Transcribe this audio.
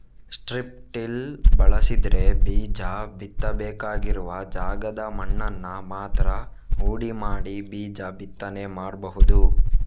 strip till ಬಳಸಿದ್ರೆ ಬೀಜ ಬಿತ್ತಬೇಕಾಗಿರುವ ಜಾಗದ ಮಣ್ಣನ್ನ ಮಾತ್ರ ಹುಡಿ ಮಾಡಿ ಬೀಜ ಬಿತ್ತನೆ ಮಾಡ್ಬಹುದು